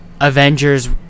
Avengers